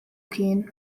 kien